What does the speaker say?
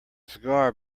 cigar